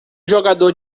jogador